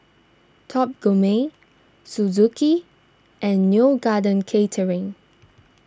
Top Gourmet Suzuki and Neo Garden Catering